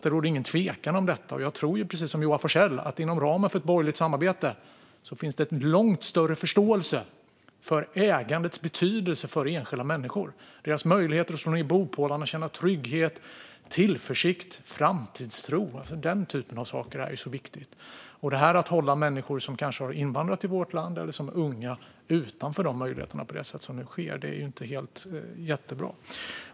Det råder ingen tvekan om det, och jag tror precis som Joar Forssell att det inom ramen för ett borgerligt samarbete finns en långt större förståelse för ägandets betydelse för enskilda människor och deras möjligheter att slå ned bopålarna och känna trygghet, tillförsikt och framtidstro. Sådant är ju så viktigt. Att hålla människor som kanske har invandrat till vårt land eller som är unga utanför dessa möjligheter på det sätt som nu sker är inte jättebra.